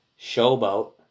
Showboat